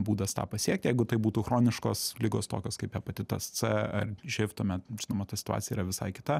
būdas tą pasiekti jeigu tai būtų chroniškos ligos tokios kaip hepatitas c ar šiaip tuomet žinoma ta situacija yra visai kita